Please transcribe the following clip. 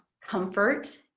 comfort